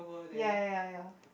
ya ya ya ya